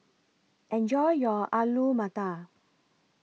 Enjoy your Alu Matar